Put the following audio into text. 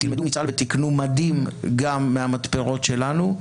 תלמדו מצה"ל ותקנו מדים גם מהמתפרות שלנו,